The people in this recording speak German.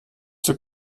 zur